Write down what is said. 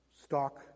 stock